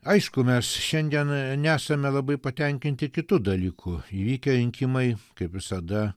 aišku mes šiandieną nesame labai patenkinti kitu dalyku įvykę rinkimai kaip visada